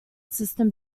system